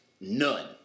none